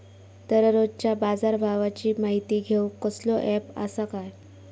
दररोजच्या बाजारभावाची माहिती घेऊक कसलो अँप आसा काय?